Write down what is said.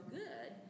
good